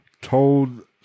Told